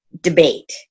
debate